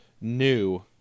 new